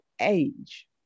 age